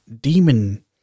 demon